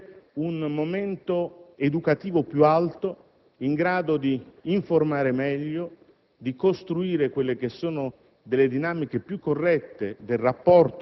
dell'evento sportivo possa costituire un momento educativo più alto, in grado di informare meglio,